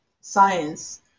science